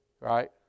Right